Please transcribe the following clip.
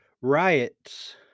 riots